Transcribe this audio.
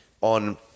on